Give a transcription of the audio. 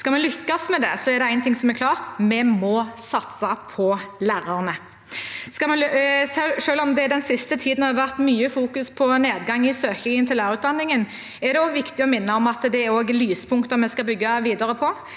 Skal vi lykkes med det, er det én ting som er klart: Vi må satse på lærerne. Selv om det den siste tiden har vært fokusert mye på nedgang i søkningen til lærerutdanningen, er det viktig å minne om at det også er lyspunkter vi skal bygge videre på.